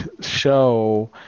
show